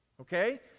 okay